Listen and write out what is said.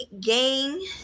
Gang